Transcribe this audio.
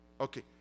okay